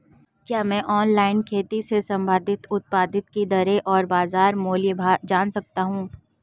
क्या मैं ऑनलाइन खेती से संबंधित उत्पादों की दरें और बाज़ार मूल्य जान सकता हूँ?